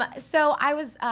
but so, i was,